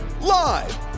Live